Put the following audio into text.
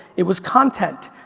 it was content.